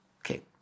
Okay